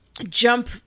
Jump